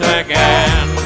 again